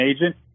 agent